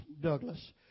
Douglas